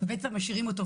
ובעצם משאירים אותו.